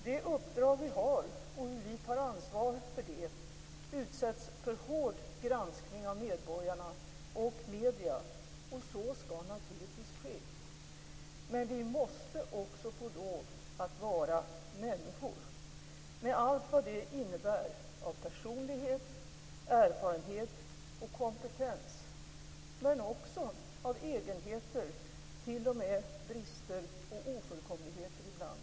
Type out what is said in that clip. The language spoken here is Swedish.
Det uppdrag vi har, och hur vi tar ansvar för detta, utsätts för hård granskning av medborgarna och medierna, och så skall naturligtvis ske. Men vi måste också få lov att vara människor med allt vad det innebär av personlighet, erfarenhet och kompetens, men också av egenheter, ja till och med av brister och ofullkomligheter ibland.